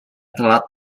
telat